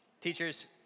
Teachers